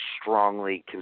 strongly